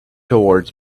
towards